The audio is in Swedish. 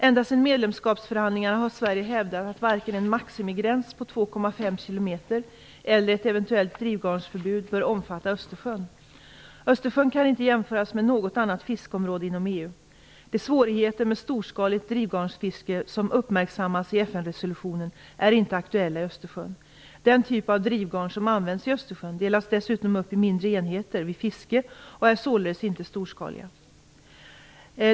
Ända sedan medlemskapsförhandlingarna har Sverige hävdat att varken en maximigräns på 2,5 km eller ett eventuellt drivgarnsförbud skall bör omfatta Östersjön kan inte jämföras med något annat fiskeområde inom EU. De svårigheter med storskaligt drivgarnsfiske som uppmärksammas i FN resolutionen är inte aktuella i Östersjön. Den typ av drivgarn som används Östersjön delas dessutom upp i mindre enheter vid fiske och är således inte storskaliga.